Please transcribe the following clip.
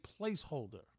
placeholder